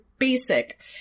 basic